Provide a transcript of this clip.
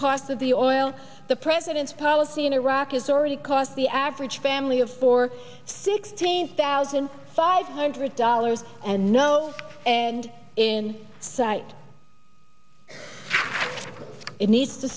cost of the oil the president's policy in iraq has already cost the average family of four sixteen thousand five hundred dollars and no and in sight it needs to